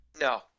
No